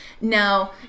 Now